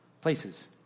places